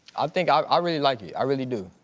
i think i i really like it, i really do.